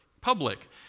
public